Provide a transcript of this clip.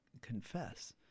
confess